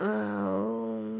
ଆଉ